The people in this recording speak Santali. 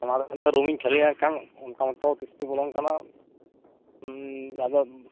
ᱚᱱᱟ ᱫᱚ ᱨᱩᱢ ᱤᱧ ᱠᱷᱟᱹᱞᱤᱭᱟ ᱠᱷᱟᱱ ᱚᱱᱠᱟ ᱢᱚᱛᱚ ᱛᱤᱥ ᱯᱮ ᱵᱚᱞᱚᱱ ᱠᱟᱱᱟ ᱟᱫᱚ